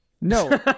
No